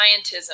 scientism